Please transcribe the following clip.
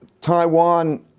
Taiwan